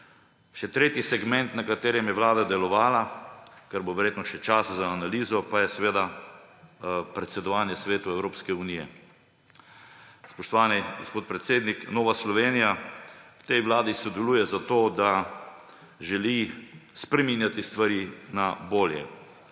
Še tretji segment, na katerem je Vlada delovala, bo verjetno še čas za analizo, pa je predsedovanje Svetu Evropske unije. Spoštovani gospod predsednik, Nova Slovenija v tej vladi sodeluje zato, ker želi spreminjati stvari na bolje.